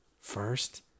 first